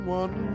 one